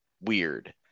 weird